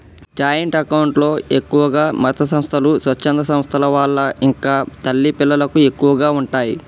joint account లో ఎక్కువగా మతసంస్థలు, స్వచ్ఛంద సంస్థల వాళ్ళు ఇంకా తల్లి పిల్లలకు ఎక్కువగా ఉంటయ్